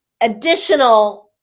additional